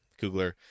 Coogler